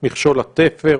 מכשול התפר,